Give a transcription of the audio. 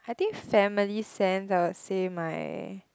I think family sense I would say my